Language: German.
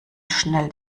schnell